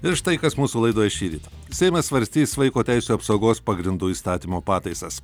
ir štai kas mūsų laidoje šįryt seimas svarstys vaiko teisių apsaugos pagrindų įstatymo pataisas